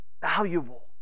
valuable